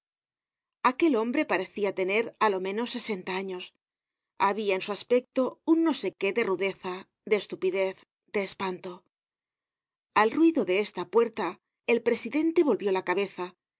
aquel hombre parecia tener á lo menos sesenta años habia en su aspecto un no sé qué de rudeza de estupidez de espanto al ruido de esta puerta el presidente volvió la cabeza